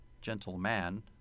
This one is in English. Gentleman